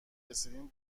رسیدین